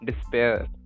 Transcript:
despair